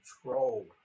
control